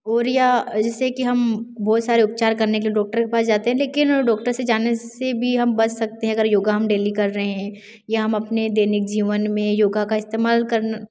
और या जिससे कि हम बहुत सारे उपचार करने के लिए डॉक्टर के पास जाते हैं लेकिन डॉक्टर से जाने से भी हम बच सकते हैं अगर योग हम डेली कर रहें हैं या हम अपने दैनिक जीवन में योग का इस्तेमाल करन